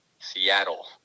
Seattle